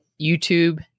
youtube